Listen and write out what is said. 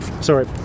Sorry